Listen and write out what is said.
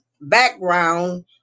background